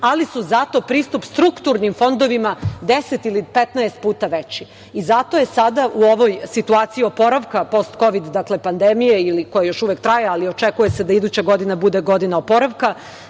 ali su zato pristup strukturnim fondovima 10 ili 15 puta veći. Zato je sada u ovoj situaciji oporavka post kovid pandemije ili koja još uvek traje, ali očekuje se da iduća godina bude godina oporavka,